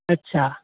अच्छा